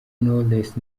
knowless